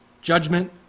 judgment